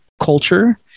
culture